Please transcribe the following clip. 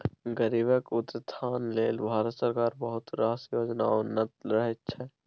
गरीबक उत्थान लेल भारत सरकार बहुत रास योजना आनैत रहय छै